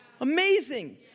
Amazing